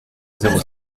zéro